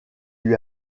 lui